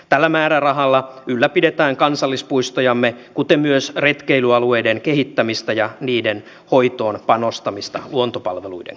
tällä määrärahalla ylläpidetään kansallispuistojamme kuten myös retkeilyalueiden kehittämistä ja niiden hoitoon panostamista luontopalveluiden kautta